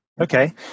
Okay